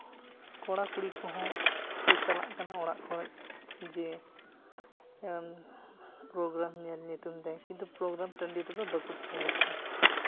ᱠᱚᱲᱟᱼᱠᱩᱲᱤ ᱠᱚᱦᱚᱸ ᱠᱚ ᱪᱟᱞᱟᱜ ᱠᱟᱱᱟ ᱚᱲᱟᱜ ᱠᱷᱚᱱ ᱡᱮ ᱯᱨᱳᱜᱨᱟᱢ ᱧᱮᱞ ᱧᱩᱛᱩᱢ ᱛᱮ ᱠᱤᱱᱛᱩ ᱯᱨᱳᱜᱨᱟᱢ ᱴᱟᱺᱰᱤ ᱨᱮᱫᱚ ᱵᱟᱠᱚ ᱛᱟᱦᱮᱱ ᱠᱟᱱᱟ